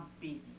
busy